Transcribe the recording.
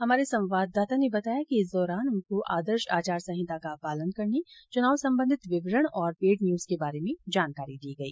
हमारे संवाददाता ने बताया कि इस दौरान उनको आदर्श आचार संहिताका पालन करने चुनाव संबंधत विवरण और पेड न्यूज के बारे में जानकारी दी गई